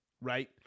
right